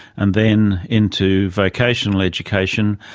and then into vocational education,